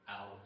out